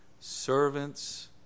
servants